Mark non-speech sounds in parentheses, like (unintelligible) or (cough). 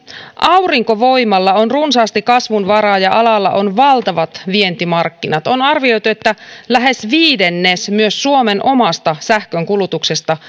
aurinkovoimalla on runsaasti kasvunvaraa ja alalla on valtavat vientimarkkinat on arvioitu että lähes viidennes myös suomen omasta sähkön kulutuksesta (unintelligible)